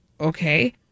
Okay